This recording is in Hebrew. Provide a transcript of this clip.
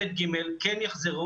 ב' ג' כן ילמדו,